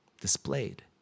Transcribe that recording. displayed